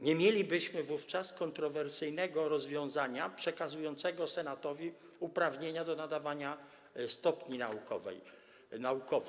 Nie mielibyśmy wówczas kontrowersyjnego rozwiązania przekazującego senatowi uprawnienia do nadawania stopni naukowych.